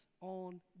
on